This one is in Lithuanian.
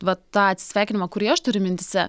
vat tą atsisveikinimą kurį aš turiu mintyse